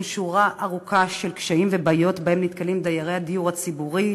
שורה ארוכה של קשיים ובעיות שבהם נתקלים דיירי הדיור הציבורי,